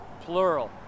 plural